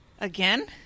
Again